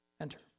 enter